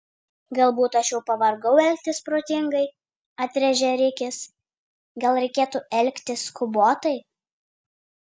galbūt aš jau pavargau elgtis protingai atrėžė rikis gal reikėtų elgtis skubotai